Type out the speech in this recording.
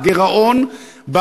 גירעון,